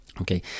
okay